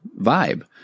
vibe